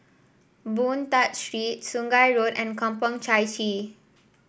Boon Tat Street Sungei Road and Kampong Chai Chee